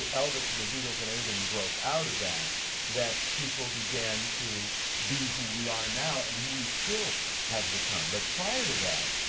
ah elvis and the beatles and everybody broke out of that that people began to be who we are now, and who we still have become. but prior to that,